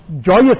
joyous